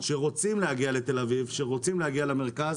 אנחנו יודעים איפה אפשר מחר בבוקר להתחיל לבצע פרויקטים